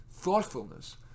thoughtfulness